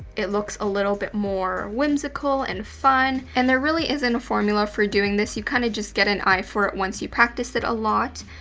it looks a little bit more whimsical and fun, and there really isn't a formula for doing this, you kinda just get an eye for it once you practice it a lot.